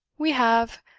we have,